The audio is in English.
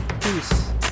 peace